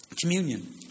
Communion